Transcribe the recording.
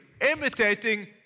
imitating